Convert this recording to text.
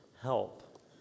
help